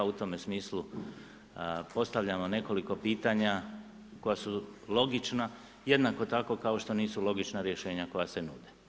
U tome smislu postavljam vam nekoliko pitanja koja su logična jednako tako kao što nisu logična rješenja koja se nude.